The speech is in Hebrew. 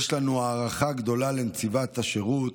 יש לנו הערכה גדולה לנציבת השירות,